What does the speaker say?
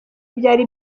byari